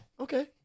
Okay